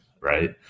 right